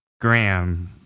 Graham